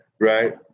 right